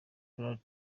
donald